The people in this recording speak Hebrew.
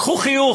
קחו חיוך,